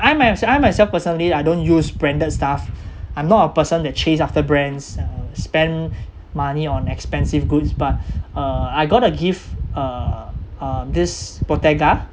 I my~ I myself personally I don't use branded stuff I'm not a person that chase after brands uh spend money on expensive goods but uh I got a gift uh uh this protega